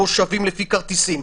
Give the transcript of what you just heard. יושבים אנשים לפי כרטיסים.